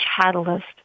catalyst